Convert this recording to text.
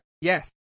yes